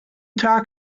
tag